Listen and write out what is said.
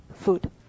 Food